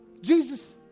Jesus